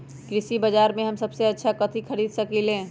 कृषि बाजर में हम सबसे अच्छा कथि खरीद सकींले?